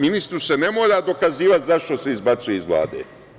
Ministru se ne mora dokazivati zašto se izbacuje iz Vlade.